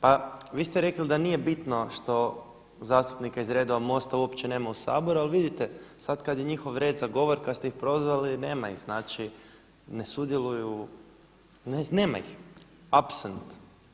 Pa vi ste rekli da nije bitno što zastupnika iz redova MOST-a uopće nema u Saboru ali vidite sada kada je njihov red za govor, kada ste iz prozvali, nema ih, znači ne sudjeluju, nema ih, absent.